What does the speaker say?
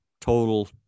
total